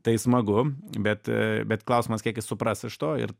tai smagu bet bet klausimas kiek jis supras iš to ir